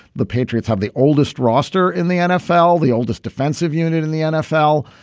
the patriots have the oldest roster in the nfl, the oldest defensive unit in the nfl.